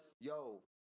Yo